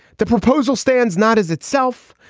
the proposal stands not as itself,